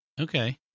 Okay